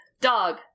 dog